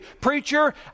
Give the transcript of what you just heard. Preacher